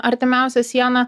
artimiausia siena